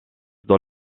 dans